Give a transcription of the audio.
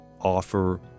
offer